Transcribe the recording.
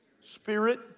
spirit